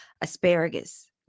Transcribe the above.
Asparagus